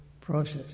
process